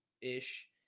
ish